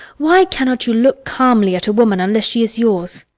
why cannot you look calmly at a woman unless she is yours?